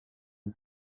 une